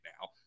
now